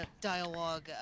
dialogue